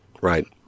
Right